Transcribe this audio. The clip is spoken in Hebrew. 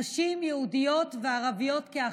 נשים יהודיות וערביות כאחת.